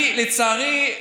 אני, לצערי,